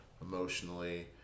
emotionally